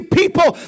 people